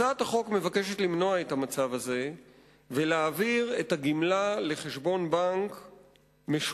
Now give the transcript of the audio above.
הצעת החוק נועדה למנוע את המצב הזה ולהעביר את הגמלה לחשבון בנק משותף,